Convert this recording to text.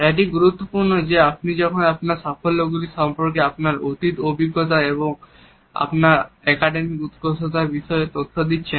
একটি গুরুত্বপূর্ণ যে আপনি যখন আপনার সাফল্যগুলির সম্পর্কে আপনার অতীত অভিজ্ঞতা সম্পর্কে বা আপনার একাডেমিক উৎকর্ষতার বিষয়ে তথ্য দিচ্ছেন